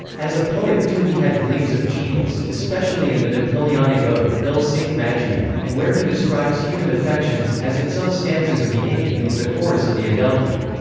as a poet too he had gleams of genius, especially in the napoleonic ode, il cinque maggio, and where he describes human affections, as in some stanzas of the inni and in the chorus of the adelchi.